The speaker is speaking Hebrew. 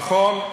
נכון.